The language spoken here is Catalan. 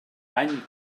any